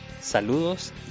Saludos